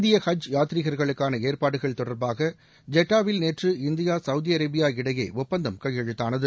இந்திய ஹஜ் யாத்ரீகர்களுக்கான ஏற்பாடுகள் தொடர்பாக ஜெட்டாவில் நேற்று இந்தியா சவுதி அரேபியா இடையே ஒப்பந்தம் கையெழுத்தானது